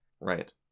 Right